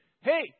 hey